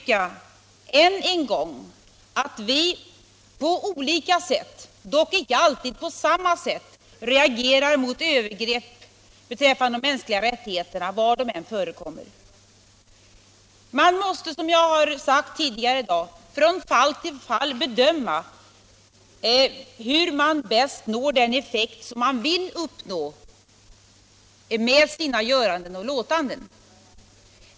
Jag vill vidare än en gång understryka att vi reagerar, dock icke alltid på samma sätt, mot övergrepp beträffande de mänskliga rättigheterna, var de än förekommer. Som jag har sagt tidigare i dag gäller det att från fall till fall bedöma hur man bäst når den effekt som man vill åstadkomma med sina göranden och låtanden.